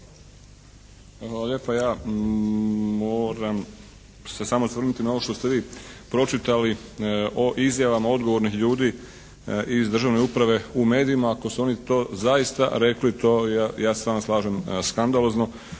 Hvala lijepa. Ja moram se samo osvrnuti na ovo što ste vi pročitali o izjavama odgovornih ljudi iz državne uprave u medijima. Ako su oni to zaista rekli to ja se stvarno s vama slažem skandalozno